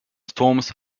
storms